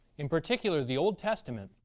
in particular the old testament,